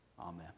Amen